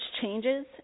changes